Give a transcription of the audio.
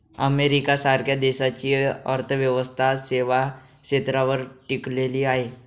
America सारख्या देशाची अर्थव्यवस्था सेवा क्षेत्रावर टिकलेली आहे